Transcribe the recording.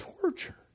torture